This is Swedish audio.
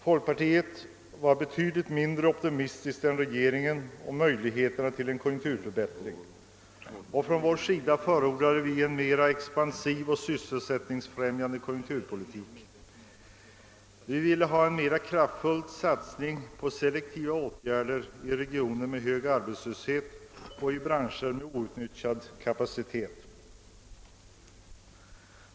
Folkpartiet var betydligt mindre optimistiskt än regeringen om möjligheterna till en konjunkturförbättring. Från vår sida förordade vi en mera expansiv och sysselsättningsfrämjande <konjunkturpolitik. Vi ville ha en mera kraftfull satsning på selektiva åtgärder i regioner med hög arbetslöshet och i branscher med outnyttjad kapacitet.